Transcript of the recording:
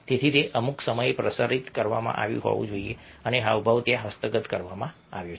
તેથી તે અમુક સમયે પ્રસારિત કરવામાં આવ્યું હોવું જોઈએ અને હાવભાવ ત્યાં હસ્તગત કરવામાં આવ્યો છે